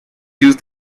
used